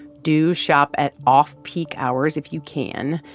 do shop at off-peak hours if you can.